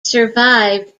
survived